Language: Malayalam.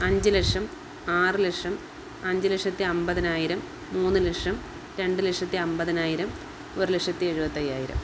അഞ്ച് ലക്ഷം ആറ് ലക്ഷം അഞ്ച് ലക്ഷത്തി അമ്പതിനായിരം മൂന്ന് ലക്ഷം രണ്ട് ലക്ഷത്തി അമ്പതിനായിരം ഒരു ലക്ഷത്തി എഴുപത്തയ്യായിരം